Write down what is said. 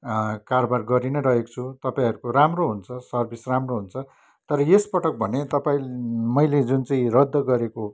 कारबार गरी नै रहेको छु तपाईँहरूको राम्रो हुन्छ सर्भिस राम्रो हुन्छ तर यसपटक भने तपाईँ मैले जुन चाहिँ रद्द गरेको